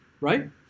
Right